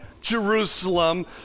Jerusalem